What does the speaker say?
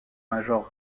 major